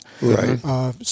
Right